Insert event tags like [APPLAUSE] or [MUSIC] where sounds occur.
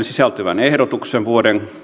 [UNINTELLIGIBLE] sisältyvän ehdotuksen vuoden